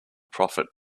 prophet